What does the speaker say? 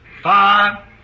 Five